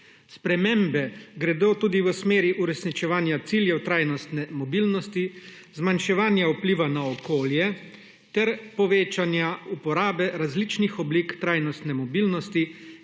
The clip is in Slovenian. Spremembe gredo tudi v smeri uresničevanja ciljev trajnostne mobilnosti, zmanjševanja vplivov na okolje, ter povečanja uporabe različnih oblik trajnostne mobilnosti,